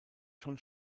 schon